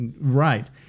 right